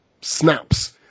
snaps